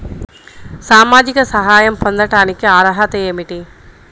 సామాజిక సహాయం పొందటానికి అర్హత ఏమిటి?